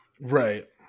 right